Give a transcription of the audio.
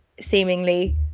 seemingly